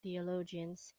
theologians